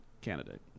candidate